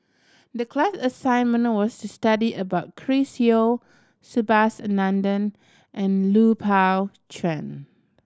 the class assignment was to study about Chris Yeo Subhas Anandan and Lui Pao Chuen